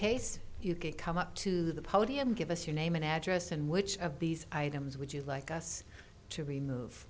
case you could come up to the podium give us your name and address and which of these items would you like us to remove